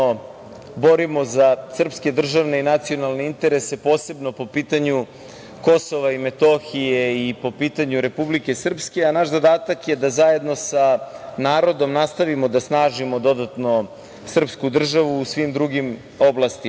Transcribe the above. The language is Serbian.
za srpske državne i nacionalne interese, posebno po pitanju Kosova i Metohije i po pitanju Republike Srpske. Naš zadatak je da zajedno sa narodom nastavimo da snažimo dodatno srpsku državu u svim drugim oblastima. Na